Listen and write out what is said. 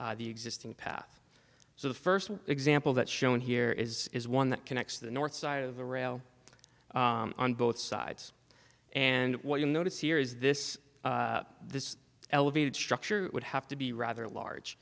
to the existing path so the first example that shown here is is one that connects the north side of the rail on both sides and what you notice here is this this elevated structure would have to be rather large